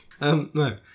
No